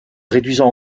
réduisant